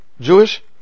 Jewish